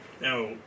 now